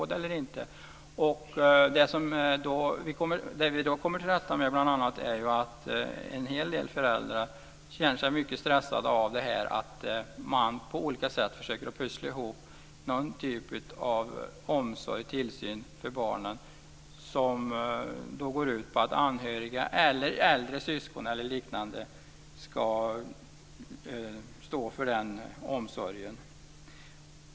Det vi kommer till rätta med är att en hel del föräldrar känner sig stressade och på olika sätt försöker pussla ihop tillsyn för barnen som går ut på att äldre syskon eller någon annan anhörig ska stå för omsorgen.